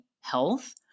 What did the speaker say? health